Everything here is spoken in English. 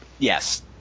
Yes